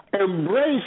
Embrace